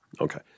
okay